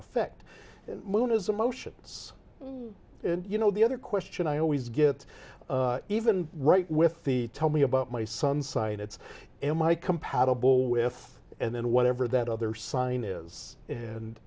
effect the moon is emotions and you know the other question i always get even right with the tell me about my son scion it's am i compatible with and then whatever that other sign is and